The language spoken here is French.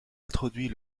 introduit